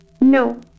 No